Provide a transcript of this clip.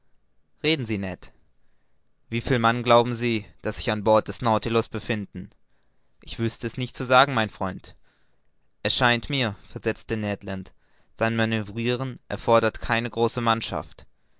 reden sie ned wieviel mann glauben sie daß sich an bord des nautilus befinden ich wüßte es nicht zu sagen mein freund es scheint mir versetzte ned land sein manövriren erfordert keine große mannschaft